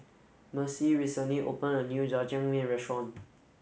Mercy recently opened a new Jajangmyeon restaurant